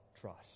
trust